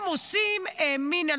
הם עושים מין,